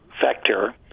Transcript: vector